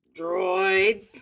Droid